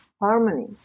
harmony